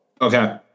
Okay